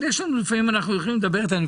אבל לפעמים אנחנו יכולים לדבר איתם,